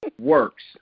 works